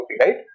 right